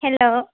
hello